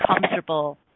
comfortable